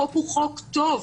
החוק הוא חוק טוב,